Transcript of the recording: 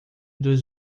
dos